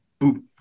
Boop